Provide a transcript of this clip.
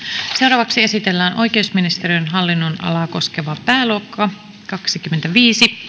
keskeytetään esitellään oikeusministeriön hallinnonalaa koskeva pääluokka kaksikymmentäviisi